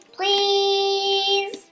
Please